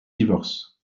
divorce